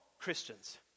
Christians